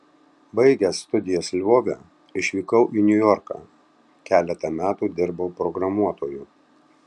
baigęs studijas lvove išvykau į niujorką keletą metų dirbau programuotoju